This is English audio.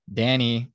danny